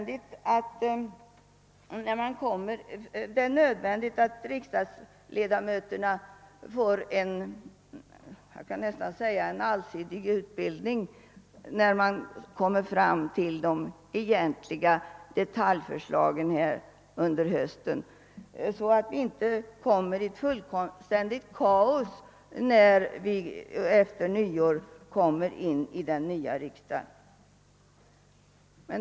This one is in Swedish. Det är nödvändigt att riksdagsledamöterna får en allsidig information när detaljförslagen läggs fram under hösten, så att det inte uppstår fullständigt kaos då vi efter nyår skall börja arbeta i den nya riksdagen.